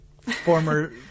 former